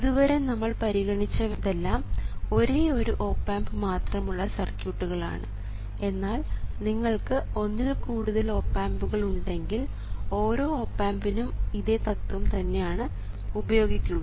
ഇതുവരെ നമ്മൾ പരിഗണിച്ചതെല്ലാം ഒരേയൊരു ഓപ് ആമ്പ് മാത്രമുള്ള സർക്യൂട്ടുകൾ ആണ് എന്നാൽ നിങ്ങൾക്ക് ഒന്നിൽ കൂടുതൽ ഓപ് ആമ്പുകൾ ഉണ്ടെങ്കിൽ ഓരോ ഓപ് ആമ്പിനും ഇതേ തത്വം തന്നെയാണ് ഉപയോഗിക്കുക